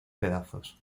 pedazos